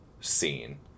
scene